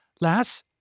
Lass